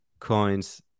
coins